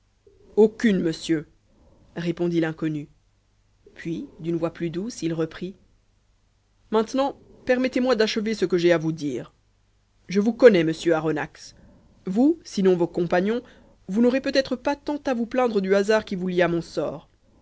aucune monsieur répondit l'inconnu puis d'une voix plus douce il reprit maintenant permettez-moi d'achever ce que j'ai à vous dire je vous connais monsieur aronnax vous sinon vos compagnons vous n'aurez peut-être pas tant à vous plaindre du hasard qui vous lie à mon sort